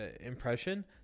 impression